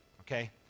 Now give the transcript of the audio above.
okay